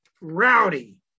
Rowdy